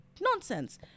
nonsense